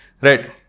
right